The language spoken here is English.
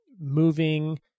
moving